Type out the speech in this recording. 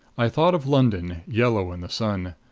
i thought of london, yellow in the sun.